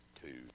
Two